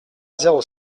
zéro